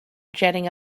jetting